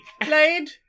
Played